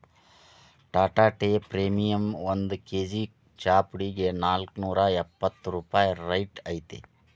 Tata tea premium ಒಂದ್ K G ಚಾಪುಡಿಗೆ ನಾಲ್ಕ್ನೂರಾ ಎಪ್ಪತ್ ರೂಪಾಯಿ ರೈಟ್ ಐತಿ